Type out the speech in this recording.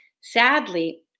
sadly